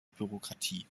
bürokratie